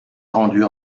rendue